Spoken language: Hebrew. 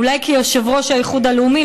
אולי כיושב-ראש האיחוד הלאומי,